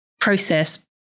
process